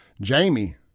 Jamie